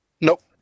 Nope